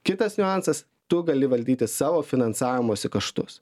kitas niuansas tu gali valdyti savo finansavimosi kaštus